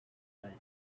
right